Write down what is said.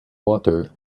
water